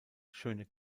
schöne